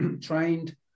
trained